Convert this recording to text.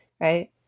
Right